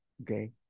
Okay